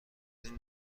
این